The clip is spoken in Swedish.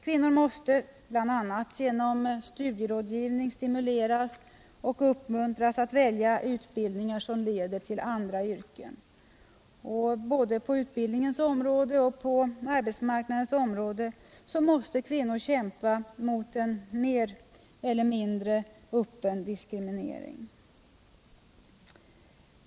Kvinnor måste bl.a. genom studierådgivning stimuleras och uppmuntras att välja utbildningar som leder till andra yrken. Både på utbildningens och på arbetsmarknadens område måste kvinnor kämpa mot en mer eller mindre öppen diskriminering.